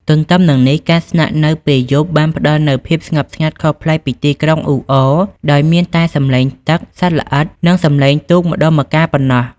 ទទ្ទឹមនឹងនេះ ការស្នាក់នៅពេលយប់បានផ្ដល់នូវភាពស្ងប់ស្ងាត់ខុសប្លែកពីទីក្រុងអ៊ូអរ ដោយមានតែសំឡេងទឹក សត្វល្អិត និងសំឡេងទូកម្ដងម្កាលប៉ុណ្ណោះ។